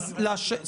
סליחה.